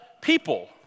people